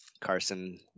Carson